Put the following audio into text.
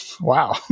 Wow